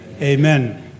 Amen